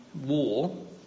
war